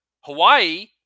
Hawaii